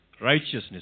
Righteousness